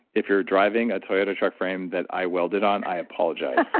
if you're driving a toyota truck frame that i welded on i apologize.